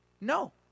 No